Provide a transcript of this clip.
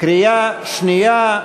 קריאה שנייה,